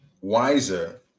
wiser